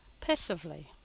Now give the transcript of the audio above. passively